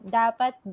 dapat